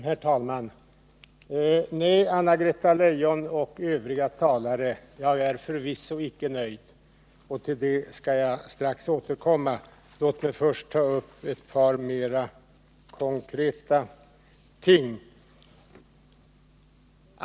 Herr talman! Nej, Anna-Greta Leijon och övriga talare, jag är förvisso icke nöjd, och till det skall jag strax återkomma. Men låt mig först ta upp ett par mer konkreta ting.